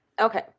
Okay